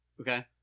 Okay